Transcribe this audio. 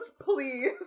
Please